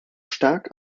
stark